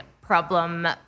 problem